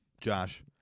Josh